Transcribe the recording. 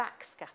backscatter